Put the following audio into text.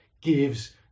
gives